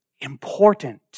important